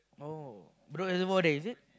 oh Bedok-Reservoir there is it